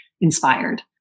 inspired